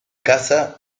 casa